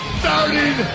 starting